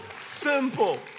simple